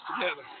together